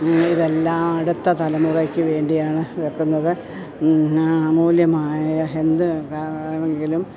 ഇതെല്ലാം അടുത്ത തലമുറയ്ക്കു വേണ്ടിയാണ് വെക്കുന്നത് അമൂല്യമായ എന്താണെങ്കിലും